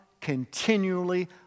continually